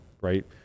right